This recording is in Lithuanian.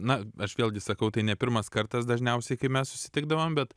na aš vėlgi sakau tai ne pirmas kartas dažniausiai kai mes susitikdavom bet